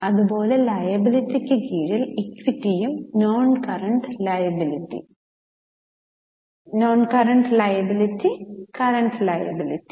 അത് പോലെ ലയബിലിറ്റിക് കീഴിൽ ഇക്വിറ്റിയും non current liability current liability